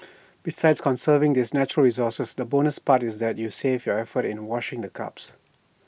besides conserving this natural resource the bonus part is that you save your effort in washing the cups